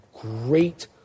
great